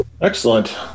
Excellent